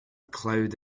cloud